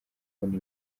kubona